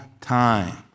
time